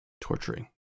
torturing